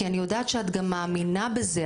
כי אני יודעת שאת גם מאמינה בזה,